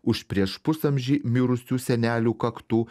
už prieš pusamžį mirusių senelių kaktų